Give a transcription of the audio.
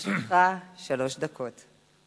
לרשותך שלוש דקות.